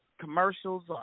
commercials